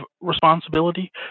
responsibility